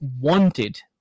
wanted